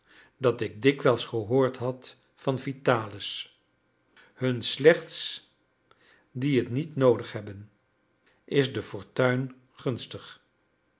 dat ik dikwijls gehoord had van vitalis hun slechts die het niet noodig hebben is de fortuin gunstig